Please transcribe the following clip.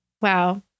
Wow